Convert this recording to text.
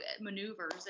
maneuvers